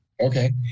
Okay